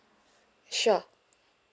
sure